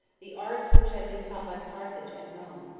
the arts, which had been taught by carthage and rome,